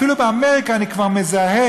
אפילו באמריקה אני כבר מזהה,